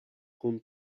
con